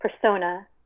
persona